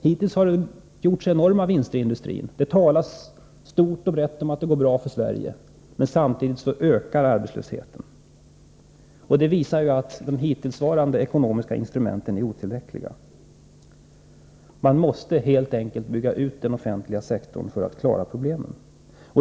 Hittills har det gjorts enorma vinster i industrin och det talas stort och brett om att det går bra för Sverige. Men samtidigt ökar arbetslösheten. Det visar att de hittillsvarande ekonomiska instrumenten är otillräckliga. Den offentliga sektorn måste helt enkelt byggas ut för att problemen skall klaras av.